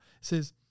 says